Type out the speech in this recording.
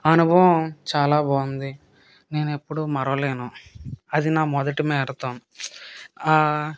అనుభవం చాలా బావుంది నేను ఎప్పుడూ మరువలేను అది నా మొదటి మ్యారథాన్